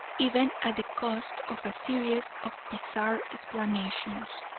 even at the cost of a series of bizarre explanations.